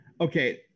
Okay